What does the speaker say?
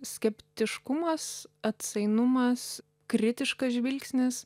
skeptiškumas atsainumas kritiškas žvilgsnis